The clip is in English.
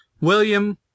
William